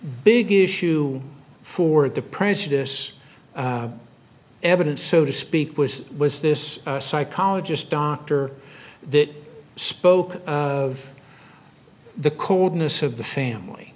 big issue for the president as evidence so to speak was was this psychologist dr that spoke of the coldness of the family